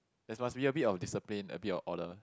there's must be a bit of discipline a bit of order